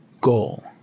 goal